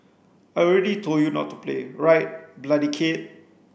I already told you not to play right bloody kid